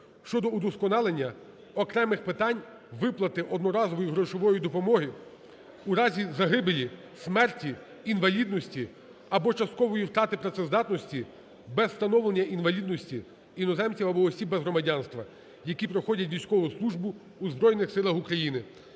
(щодо удосконалення окремих питань виплати одноразової грошової допомоги в разі загибелі (смерті), інвалідності або часткової втрати працездатності без встановлення інвалідності іноземців або осіб без громадянства, які проходять військову службу у Збройних Силах України)